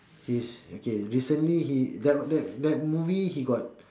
he's okay recently he that that that movie he got